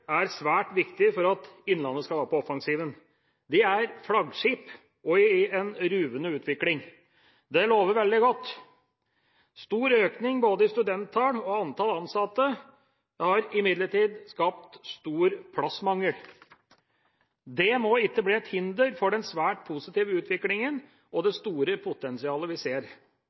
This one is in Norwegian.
er svært viktige for at innlandet skal være på offensiven. De er flaggskip og i en ruvende utvikling. Det lover veldig godt. Stor økning i både studenttall og antall ansatte har imidlertid skapt stor plassmangel. Det må ikke bli et hinder for den svært positive utviklingen og det store potensialet vi ser.